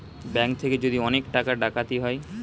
bank থেকে যদি অনেক টাকা ডাকাতি হয়